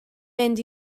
mynd